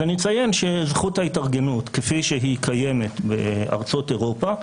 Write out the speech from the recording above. אני אציין שזכות ההתארגנות כפי שהיא קיימת בארצות אירופה,